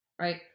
right